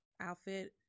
outfit